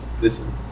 listen